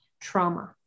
trauma